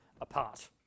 apart